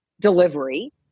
delivery